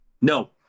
No